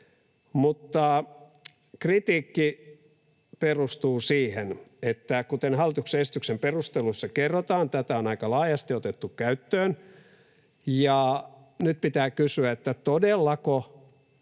kritiikki perustuu siihen, että, kuten hallituksen esityksen perusteluissa kerrotaan, tätä on aika laajasti otettu käyttöön. Ja nyt pitää kysyä, että todellako